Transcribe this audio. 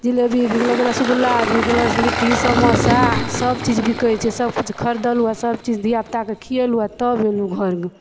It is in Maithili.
जिलेबी बिकलक रसगुल्ला बिकलक लिट्टी समोसा सब चीज बिकय छै सब किछु खरदलहुँ आओर सब चीज धियापुता के खियेलहुँ आओर तब अयलहुँ घर